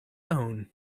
own